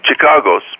Chicagos